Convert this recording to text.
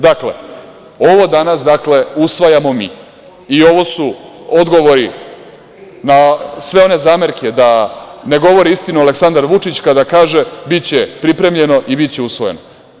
Dakle, ovo danas usvajamo mi i ovo su odgovori na sve one zamerke da ne govori istinu Aleksandar Vučić kada kaže – biće pripremljeno i biće usvojeno.